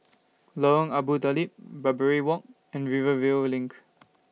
Lorong Abu Talib Barbary Walk and Rivervale LINK